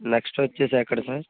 next వచ్చేసి ఎక్కడ sir